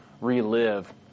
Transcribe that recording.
relive